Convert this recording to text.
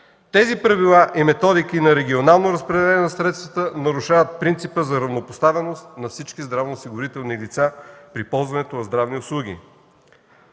Тези правила и методики на регионално разпределение на средствата нарушават принципа за равнопоставеност на всички здравноосигурителни лица при ползването на здравни услуги.